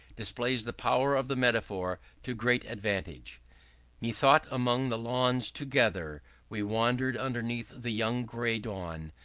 displays the power of the metaphor to great advantage methought among the lawns together we wandered, underneath the young gray dawn,